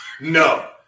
No